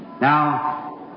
Now